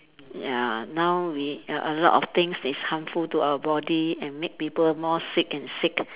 ya now we a a lot of things is harmful to our body and make people more sick and sick